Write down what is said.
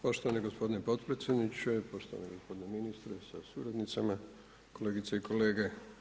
Poštovani gospodine potpredsjedniče, poštovani gospodine ministre sa suradnicama, kolegice i kolege.